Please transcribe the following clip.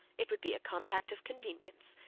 it would be a compact of convenience,